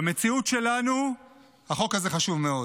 במציאות שלנו החוק הזה חשוב מאוד.